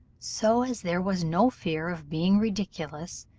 so as there was no fear of being ridiculous,